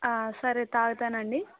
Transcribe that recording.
సరే త్రాగుతానండి